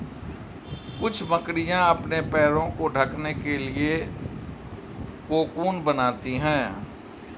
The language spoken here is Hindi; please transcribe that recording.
कुछ मकड़ियाँ अपने पैरों को ढकने के लिए कोकून बनाती हैं